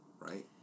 right